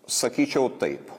sakyčiau taip